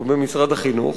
או במשרד החינוך.